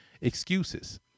excuses